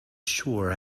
sure